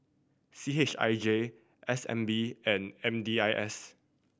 C H I J S N B and M D I S